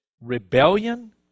rebellion